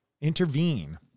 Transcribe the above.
intervene